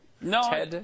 No